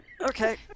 Okay